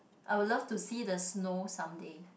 I would love to see the snow someday